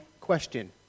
question